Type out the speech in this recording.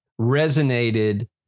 resonated